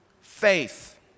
faith